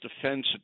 defense